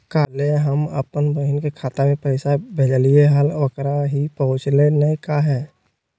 कल्हे हम अपन बहिन के खाता में पैसा भेजलिए हल, ओकरा ही पहुँचलई नई काहे?